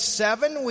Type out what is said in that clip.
seven